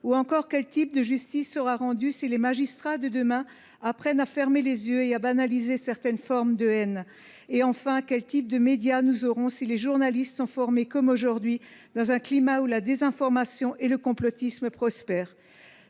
au pouvoir ? Quelle justice sera t elle rendue si les magistrats de demain apprennent à fermer les yeux et à banaliser certaines formes de haine ? Quel type de médias aurons nous si les journalistes sont formés, comme aujourd’hui, dans un climat où la désinformation et le complotisme prospèrent ?